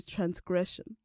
Transgression